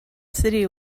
city